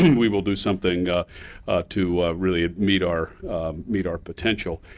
we will do something to really meet our meet our potential.